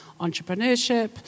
Entrepreneurship